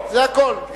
זה הכול.